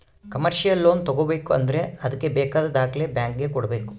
commercial loan ತಗೋಬೇಕು ಅಂದ್ರೆ ಅದ್ಕೆ ಬೇಕಾದ ದಾಖಲೆ ಬ್ಯಾಂಕ್ ಗೆ ಕೊಡ್ಬೇಕು